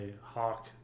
Hawk